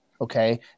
Okay